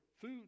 food